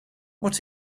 what